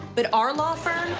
but our law firm,